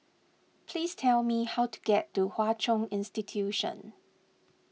please tell me how to get to Hwa Chong Institution